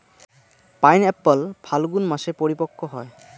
pineapple Falgun মাসে পরিপক্ব হয়